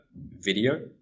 video